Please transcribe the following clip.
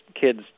kids